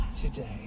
today